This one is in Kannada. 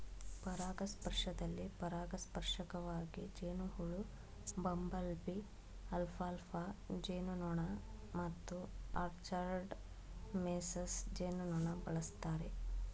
ಪರಾಗಸ್ಪರ್ಶದಲ್ಲಿ ಪರಾಗಸ್ಪರ್ಶಕವಾಗಿ ಜೇನುಹುಳು ಬಂಬಲ್ಬೀ ಅಲ್ಫಾಲ್ಫಾ ಜೇನುನೊಣ ಮತ್ತು ಆರ್ಚರ್ಡ್ ಮೇಸನ್ ಜೇನುನೊಣ ಬಳಸ್ತಾರೆ